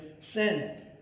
sin